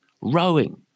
rowing